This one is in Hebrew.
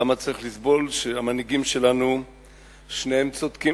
למה צריך לסבול שהמנהיגים שלנו שניהם צודקים?